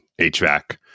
hvac